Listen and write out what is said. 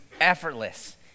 effortless